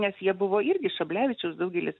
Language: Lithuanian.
nes jie buvo irgi šablevičius daugelis